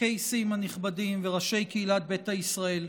הקייסים הנכבדים וראשי קהילת ביתא ישראל,